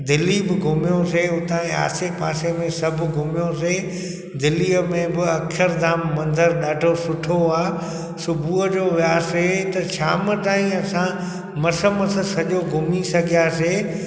दिल्ली बि घुमयोसीं हुतां जे आसे पासे में सभु घुमयोसीं दिल्लीअ में बि अक्षरधाम मंदर ॾाढो सुठो आहे सुबुह जो वियासीं त शाम ताईं असां मस मस सॼो घुमीं सघयासीं